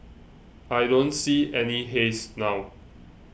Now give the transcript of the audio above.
I don't see any haze now